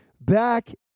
back